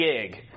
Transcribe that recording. gig